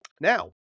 Now